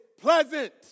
pleasant